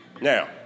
Now